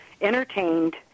entertained